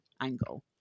angle